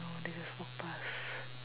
no they just walk pass